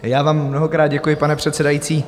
Já vám mnohokrát děkuji, pane předsedající.